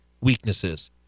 weaknesses